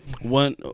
one